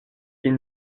ils